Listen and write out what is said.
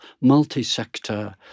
multi-sector